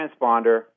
transponder